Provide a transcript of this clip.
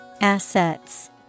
Assets